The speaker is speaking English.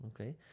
okay